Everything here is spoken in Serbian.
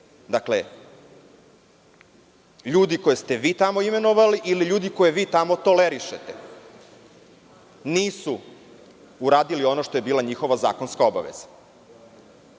Dakle, ljudi koje ste vi tamo imenovali ili ljudi koje vi tamo tolerišete nisu uradili ono što je bila njihova zakonska obaveza.